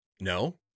No